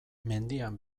mendian